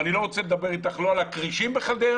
ואני לא רוצה לדבר אתך לא על הכרישים בחדרה